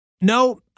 No